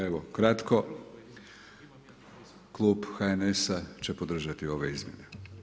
Evo kratko, Klub HNS-a će podržati ove izmjene.